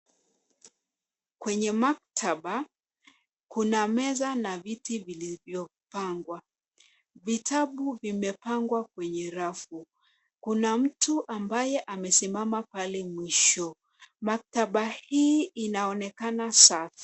Kwenye maktaba, kuna meza na viti vilivyopangwa. Vitabu vimepangwa kwenye rafu. Kuna mtu ambaye amesimama pale mwisho. Maktaba hii inaonekana safi.